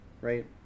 right